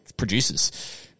producers